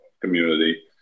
community